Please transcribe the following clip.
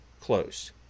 close